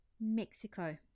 Mexico